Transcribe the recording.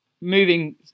Moving